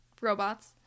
robots